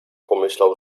pomyślał